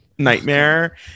nightmare